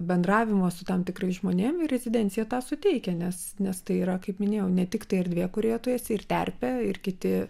bendravimo su tam tikrais žmonėm ir rezidencija tą suteikia nes nes tai yra kaip minėjau ne tiktai erdvė kurioje tu esi ir terpė ir kiti